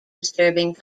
disturbing